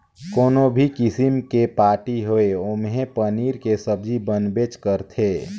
कोनो भी किसिम के पारटी होये ओम्हे पनीर के सब्जी बनबेच करथे